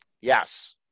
Yes